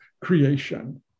creation